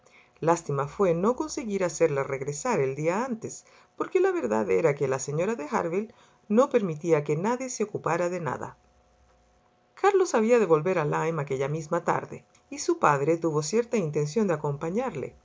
lástima fué no conseguir hacerla regresar el día antes porque la verdad era que la señora de harville no permitía que nadie se ocupara de nada carlos había de volver a lyme aquella misma tarde y su padre tuvo cierta intención de acompañarle